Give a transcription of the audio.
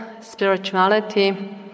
spirituality